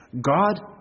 God